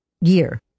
year